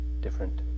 different